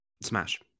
Smash